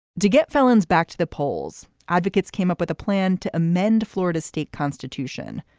to get felons back to the polls, advocates came up with a plan to amend florida's state constitution.